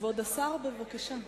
כבוד השר, בבקשה.